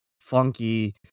funky